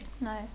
no